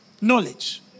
knowledge